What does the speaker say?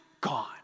gone